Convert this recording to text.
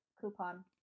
Coupon